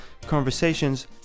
conversations